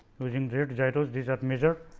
using direct gyros these are measured